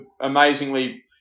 amazingly